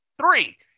Three